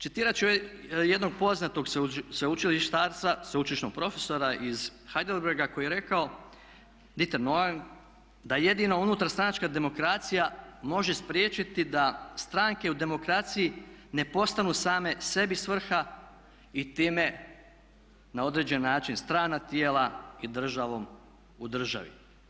Citirat ću jednog poznatog sveučilištarca, sveučilišnog profesora iz Heidelberga koji je rekao Dieter Heermann, da jedino unutarstranačka demokracija može spriječiti da stranke u demokraciji ne postanu same sebi svrha i time na određen način strana tijela i državom u državi.